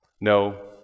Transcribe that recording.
No